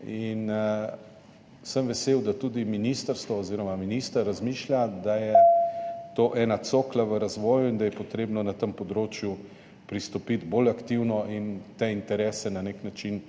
Vesel sem, da tudi ministrstvo oziroma minister razmišlja, da je to ena cokla v razvoju in da je treba na tem področju pristopiti bolj aktivno in te interese na nek način